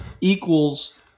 equals